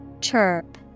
Chirp